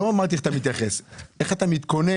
לא איך אתה מתייחס, איך אתה מתכונן.